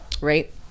Right